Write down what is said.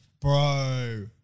Bro